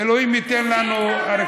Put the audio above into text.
אלוהים ייתן לנו,